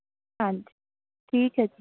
ਹਾਂਜੀ ਠੀਕ ਹੈ ਜੀ